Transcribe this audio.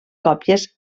còpies